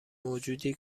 موجودی